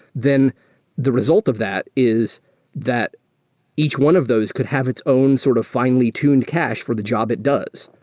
then the result of that is that each one of those could have its own sort of finely tuned cache for the job it does.